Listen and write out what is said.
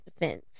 defense